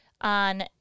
on